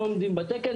לא עומדים בתקן,